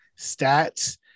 stats